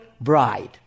bride